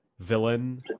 villain